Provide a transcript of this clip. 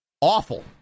Awful